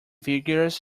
vigorous